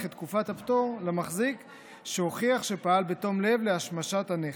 את תקופת הפטור למחזיק שהוכיח שפעל בתום לב להשמשת הנכס.